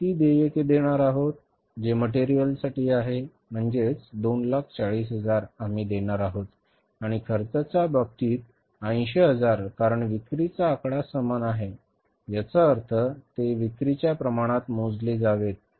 आम्ही किती देयके देणार आहोत जे मटेरियलसाठी आहे म्हणजेच 240000 आम्ही देणार आहोत आणि खर्चाच्या बाबतीत 80000 कारण विक्रीचा आकडा समान आहे याचा अर्थ ते विक्रीच्या प्रमाणात मोजले जावेत